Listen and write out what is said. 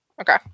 Okay